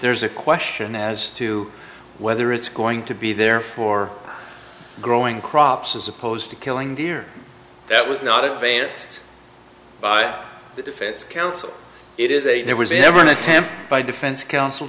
there's a question as to whether it's going to be there for growing crops as opposed to killing deer that was not advanced by the defense counsel it is a there was never an attempt by defense counsel